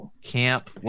Camp